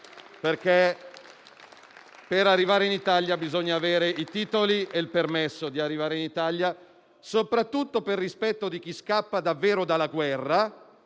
perché per arrivare in Italia bisogna avere i titoli e il permesso di arrivare in Italia, soprattutto per rispetto di chi scappa davvero dalla guerra